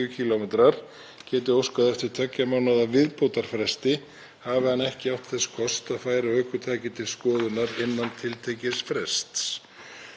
Þá er til næstu áramóta heimilt að veita 30 daga frest til viðbótar vegna endurskoðunar að því tilskildu að áður veittur frestur sé ekki útrunninn.